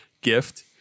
gift